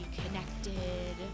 connected